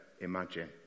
imagine